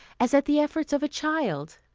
as at the efforts of a child.